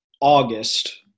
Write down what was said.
August